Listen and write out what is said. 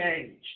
changed